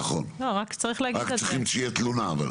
נכון, רק צריכים שתהיה תלונה.